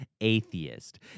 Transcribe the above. atheist